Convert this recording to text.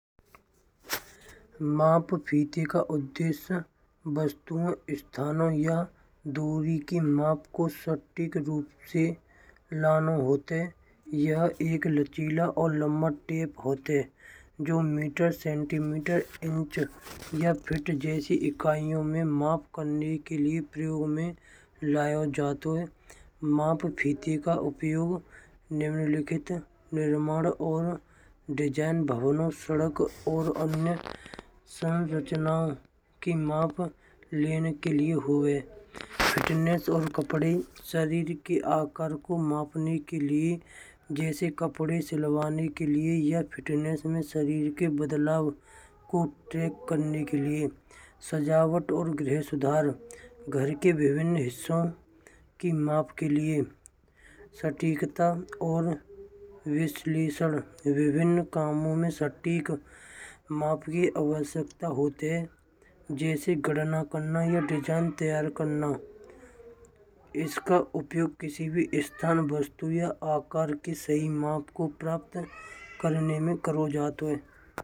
माप फीत के उद्देश्य वास्तु स्थान या दूरी के माप को शत-प्रतिशत रूप से लाना होते है। यह एक लचीला और लंबा टेप होते है। जो मीटर सेन्टीमीटर इंच जैसे इकाइयों में माप करने के लिए प्रयोग में लाया जातो है। माप फीत का उपयोग निम्नलिखित निर्माण और डिज़ाइन भावना सड़कों और रचना की माप लेने के लिए होवे। फिटनेस और कपड़े शरीर की आकार को मापने के लिए जैसे कपड़े सिलवाने के लिए ये फिटनेस में शरीर के बदलाव को ट्रैक करने के लिए। सजावट और गृह सुधार। घर के विभिन्न हिस्सों की माप के लिए सटीकता और विश्लेषण विभिन्न कामों में सटीक माप की आवश्यकता होती है। जैसा गाना करना या डिज़ाइन तैयार करना। इसका उपयोग किसी भी स्थान वस्तु या आकार की सटीक माप को प्राप्त करने में किया जाता है।